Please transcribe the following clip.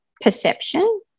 perception